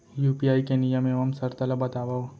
UPI के नियम एवं शर्त ला बतावव